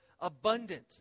abundant